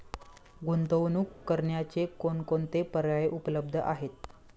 गुंतवणूक करण्याचे कोणकोणते पर्याय उपलब्ध आहेत?